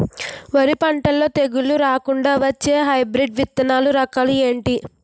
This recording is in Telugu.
వరి పంటలో తెగుళ్లు రాకుండ వచ్చే హైబ్రిడ్ విత్తనాలు రకాలు ఏంటి?